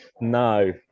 no